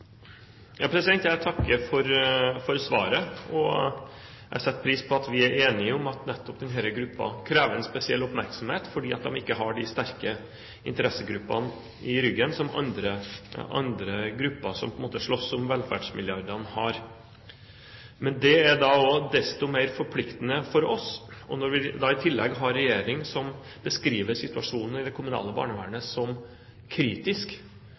Jeg takker for svaret. Jeg setter pris på at vi er enige om at nettopp denne gruppen krever en spesiell oppmerksomhet fordi de ikke har de sterke interessegruppene i ryggen som andre grupper som – på en måte – slåss om velferdsmilliardene, har. Men det er da også desto mer forpliktende for oss. Når vi da i tillegg har en regjering som beskriver situasjonen i det kommunale barnevernet som kritisk,